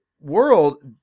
World